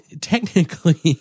technically